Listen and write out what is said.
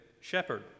shepherd